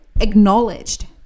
acknowledged